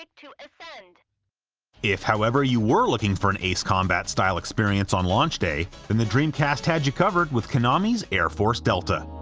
like if and if however you were looking for an ace combat-style experience on launch day, then the dreamcast had you covered with konami's airforce delta.